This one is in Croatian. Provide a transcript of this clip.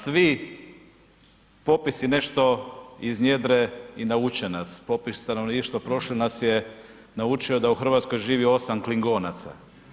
Svi popisi nešto iznjedre i nauče nas, popis stanovništva prošle nas je naučio da u RH živi 8 klingonaca.